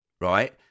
right